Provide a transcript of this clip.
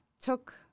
took